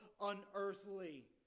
unearthly